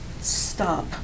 Stop